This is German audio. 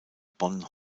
bonn